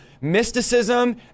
mysticism